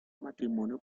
matrimonio